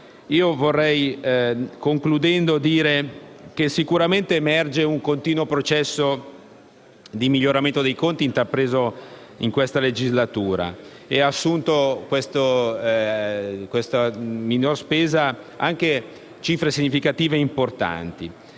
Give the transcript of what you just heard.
vorrei evidenziare che sicuramente emerge un continuo processo di miglioramento dei conti, intrapreso in questa legislatura, e la minor spesa ha assunto cifre significative e importanti.